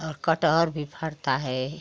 और कटहल भी फलता है